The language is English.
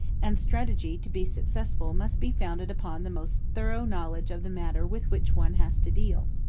and strategy to be successful must be founded upon the most thorough knowledge of the matter with which one has to deal.